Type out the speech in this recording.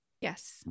yes